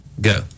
go